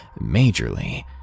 Majorly